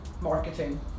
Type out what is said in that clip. marketing